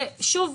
שוב,